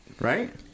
right